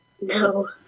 No